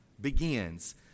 begins